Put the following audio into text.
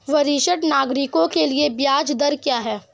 वरिष्ठ नागरिकों के लिए ब्याज दर क्या हैं?